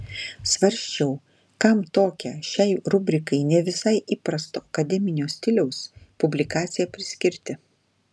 svarsčiau kam tokią šiai rubrikai ne visai įprasto akademinio stiliaus publikaciją priskirti